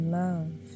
love